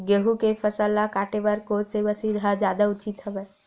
गेहूं के फसल ल काटे बर कोन से मशीन ह जादा उचित हवय?